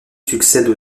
succèdent